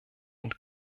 und